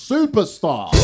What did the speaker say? Superstar